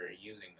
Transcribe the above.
using